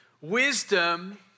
Wisdom